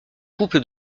couple